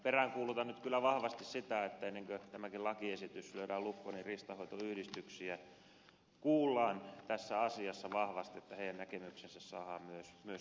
peräänkuulutan nyt kyllä vahvasti sitä että ennen kuin tämäkin lakiesitys lyödään lukkoon riistanhoitoyhdistyksiä kuullaan tässä asiassa vahvasti väriä näkemyksensä saa myös myös